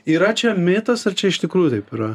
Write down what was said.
yra čia mitas ar čia iš tikrųjų taip yra